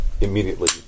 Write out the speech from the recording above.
immediately